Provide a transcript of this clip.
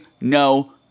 no